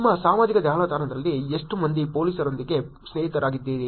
ನಿಮ್ಮ ಸಾಮಾಜಿಕ ಜಾಲತಾಣದಲ್ಲಿ ಎಷ್ಟು ಮಂದಿ ಪೊಲೀಸರೊಂದಿಗೆ ಸ್ನೇಹಿತರಾಗಿದ್ದೀರಿ